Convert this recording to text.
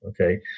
Okay